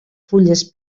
fulles